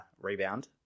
rebound